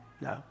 No